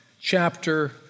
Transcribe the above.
chapter